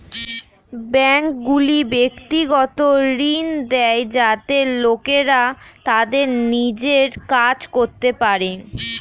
ব্যাঙ্কগুলি ব্যক্তিগত ঋণ দেয় যাতে লোকেরা তাদের নিজের কাজ করতে পারে